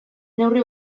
neurri